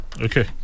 Okay